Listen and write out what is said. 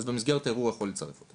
אז במסגרת הערעור הוא יכול לצרף.